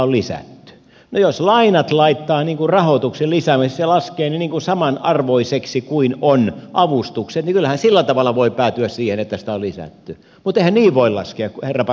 no jos lainat laittaa rahoitukseen ja laskee ne samanarvoisiksi kuin on avustukset niin kyllähän sillä tavalla voi päätyä siihen että sitä on lisätty mutta eihän niin voi laskea herra paratkoon